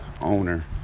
owner